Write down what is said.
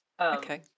okay